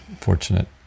fortunate